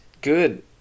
good